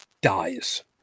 dies